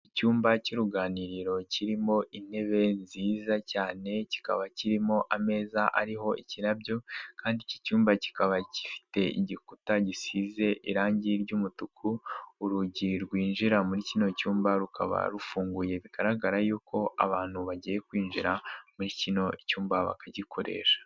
Icyumba cy'uruganiriro kirimo intebe nziza cyane, kikaba kirimo ameza ariho ikirabyo kandi iki cyumba kikaba gifite igikuta gisize irange ry'umutuku, urugi rwinjira muri kino cyumba rukaba rufunguye bigaragara yuko abantu bagiye kwinjira muri kino cyumba bakagikoresha.